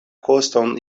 koston